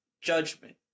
judgment